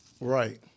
Right